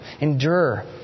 Endure